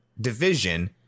division